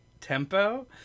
tempo